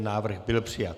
Návrh byl přijat.